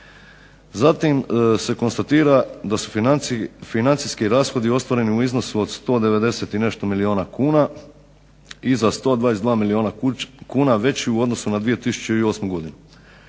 Zatim se konstatira da su financijski rashodi ostvareni u iznosu od 190 i nešto milijuna kuna i za 122 milijuna kuna veći u odnosu na 2008.godinu.